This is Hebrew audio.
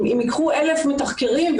אם ייקחו 1,000 מתחקרים,